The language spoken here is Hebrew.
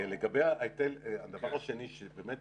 לגבי הדבר השני שבאמת